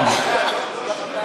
אני יכול לומר,